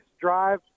drive